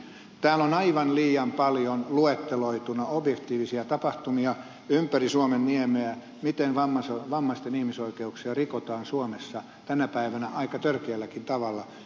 täällä on aivan liian paljon luetteloituna objektiivisia tapahtumia ympäri suomenniemeä miten vammaisten ihmisoikeuksia rikotaan suomessa tänä päivänä aika törkeälläkin tavalla